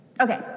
Okay